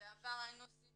בעבר היינו עושים